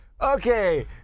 Okay